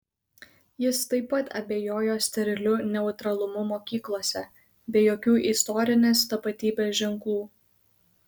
jis taip pat abejojo steriliu neutralumu mokyklose be jokių istorinės tapatybės ženklų